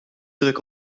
druk